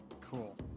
Cool